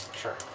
Sure